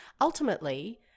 ultimately